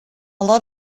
lot